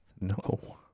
No